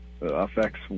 affects